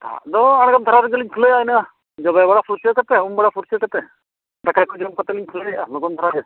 ᱥᱮᱛᱟᱜ ᱫᱚ ᱟᱬᱜᱟᱛ ᱫᱷᱟᱨᱟ ᱨᱮᱜᱮᱞᱤᱧ ᱠᱷᱩᱞᱟᱹᱣᱟ ᱤᱱᱟᱹ ᱡᱚᱵᱮ ᱵᱟᱲᱟ ᱯᱷᱩᱨᱪᱟᱹ ᱠᱟᱛᱮᱫ ᱩᱢ ᱵᱟᱲᱟ ᱯᱷᱩᱨᱪᱟᱹ ᱠᱟᱛᱮᱫ ᱫᱟᱠᱟ ᱠᱚ ᱡᱚᱢ ᱠᱟᱛᱮᱫ ᱞᱤᱧ ᱠᱷᱩᱞᱟᱹᱣᱮᱜᱼᱟ ᱞᱚᱜᱚᱱ ᱫᱷᱟᱨᱟ ᱜᱮ